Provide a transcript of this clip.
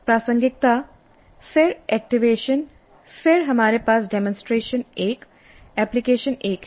प्रासंगिकता फिर एक्टिवेशन फिर हमारे पास डेमोंसट्रेशन 1 एप्लीकेशन 1 है